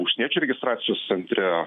užsieniečių registracijos centre